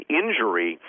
injury